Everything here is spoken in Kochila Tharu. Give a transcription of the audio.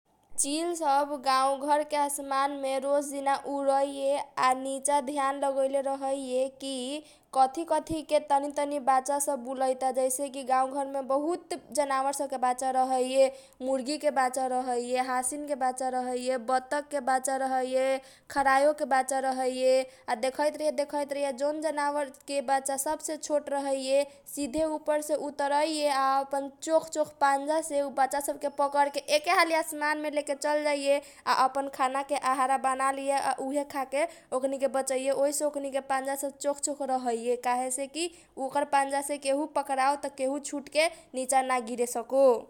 चिलसब गाउँ घरके असमानमे रोज दिना उडैसै आ निचा ध्यान लगैले रहैसै कि कथि कथिके तनी तनी बच्चा सब बुलैता जैसेकी गाउँ घरमे बहुत जनावर सबके बच्चा रहैए मुरगी बच्चा रहैए, हासिनके बच्चा रहैए, बतकके बच्चा रहैए, खरायोके बच्चा रहैए, आ देखैत रहैए देखैत रहैए जवन जनावरके बच्चा सबसे छोट रहैए सिधे उपरसे उतरैए आ अपन चोख चोख पानजासे उ बच्चा सब के पकरके एके हाली आसमानमे लेके चल जाइए आ अपन खाना के आहारा बनालिए आ उहे खाके ओकनीके बचैए ओइसे ओकनीके पनजा सब चोख चोख रहैए काहे सेकी ओकनीके पनजासे केहु पकराव त केहु छुटेके निचा न गिरे सको।